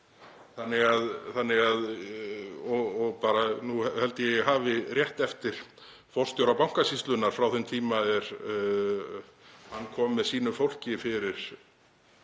markað. Nú held ég að ég hafi rétt eftir forstjóra Bankasýslunnar frá þeim tíma er hann kom með sínu fólki fyrir